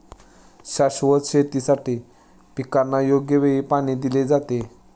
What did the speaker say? शाश्वत शेतीसाठी पिकांना योग्य वेळी पाणी दिले जाते